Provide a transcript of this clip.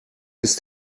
ist